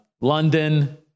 london